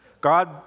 God